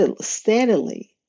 steadily